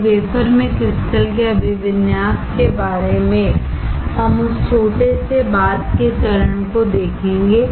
और वेफर में क्रिस्टल के अभिविन्यास के बारे में हम उस छोटे से बाद के चरण को देखेंगे